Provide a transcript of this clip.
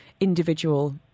individual